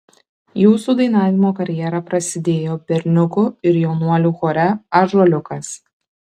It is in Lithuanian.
jūsų dainavimo karjera prasidėjo berniukų ir jaunuolių chore ąžuoliukas